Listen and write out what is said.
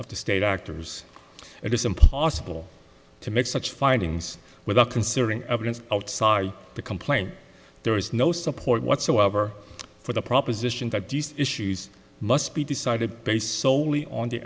of the state actors it is impossible to make such findings without considering evidence outside the complaint there is no support whatsoever for the proposition that issues must be decided based soley on the